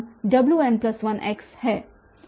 Enwn1